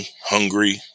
hungry